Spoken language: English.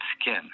skin